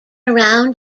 around